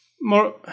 more